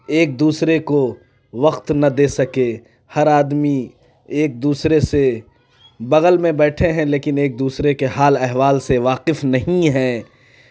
ایک دوسرے کو وقت نہ دے سکے ہر آدمی ایک دوسرے سے بغل میں بیٹھے ہیں لیکن ایک دوسرے کے حال احوال سے واقف نہیں ہیں